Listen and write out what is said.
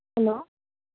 hello